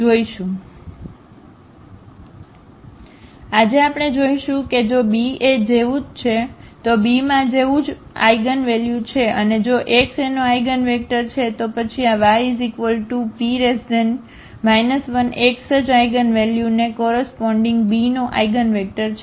તેથી આજે આપણે જોશું કે જો b એ જેવું જ છે તો bમાં એ જેવું જ આઇગનવેલ્યુ છે અને જો x એનો આઇગનવેક્ટર છે તો પછી આ yP 1x જ આઇગનવેલ્યુને કોરસપોન્ડીગ bનો આઇગનવેક્ટર છે